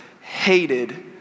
hated